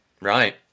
Right